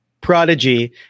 Prodigy